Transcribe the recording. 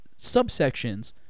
subsections